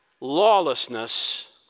lawlessness